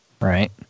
Right